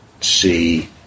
See